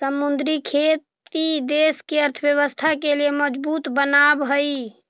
समुद्री खेती देश के अर्थव्यवस्था के मजबूत बनाब हई